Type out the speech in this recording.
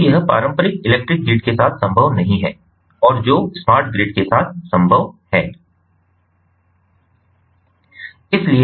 तो यह पारंपरिक इलेक्ट्रिकल ग्रिड के साथ संभव नहीं है और जो स्मार्ट ग्रिड के साथ संभव है